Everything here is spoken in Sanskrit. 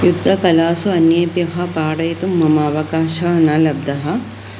युद्धकलासु अन्येभ्यः पाठयितुं मम अवकाशः न लब्धः